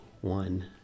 one